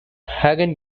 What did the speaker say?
hagen